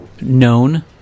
known